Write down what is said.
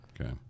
Okay